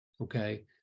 Okay